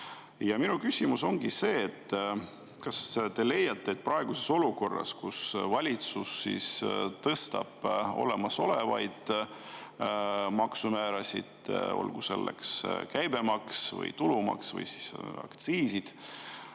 Minu küsimus ongi see: kas te leiate, et praeguses olukorras, kus valitsus tõstab olemasolevaid makse, olgu selleks käibemaks või tulumaks või aktsiisid,